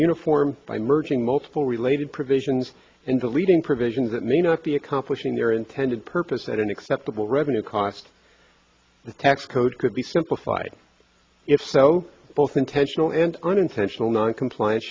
uniform by merging multiple related provisions and deleting provisions that may not be accomplishing their intended purpose at an acceptable revenue cost the tax code could be simplified if so both intentional and unintentional noncomplian